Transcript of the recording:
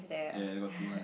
ya I got two line